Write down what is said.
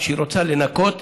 כשהיא רוצה לנקות,